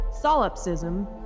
solipsism